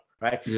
Right